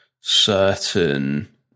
certain